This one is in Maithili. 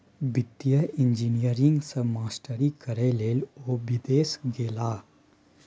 वित्तीय इंजीनियरिंग मे मास्टरी करय लए ओ विदेश गेलाह